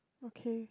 okay